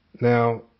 Now